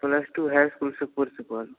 plus two high school सुखपुरसँ पढ़लहुँ